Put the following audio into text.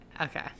Okay